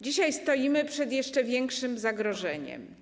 Dzisiaj stoimy przed jeszcze większym zagrożeniem.